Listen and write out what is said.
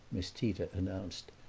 miss tita announced,